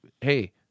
hey